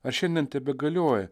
ar šiandien tebegalioja